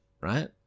right